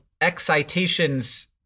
excitations